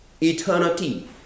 eternity